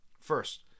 First